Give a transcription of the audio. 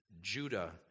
Judah